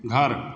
घर